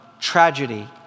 tragedy